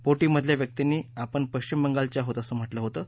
बोटीमधल्या व्यक्तीनी आपण पश्चिम बंगालचे आहोत असं म्हटल होतं